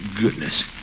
goodness